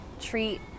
treat